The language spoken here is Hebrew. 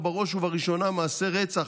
ובראש ובראשונה מעשי רצח,